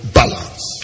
balance